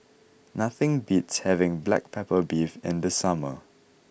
nothing beats having Black Pepper Beef in the summer